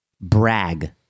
brag